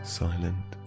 silent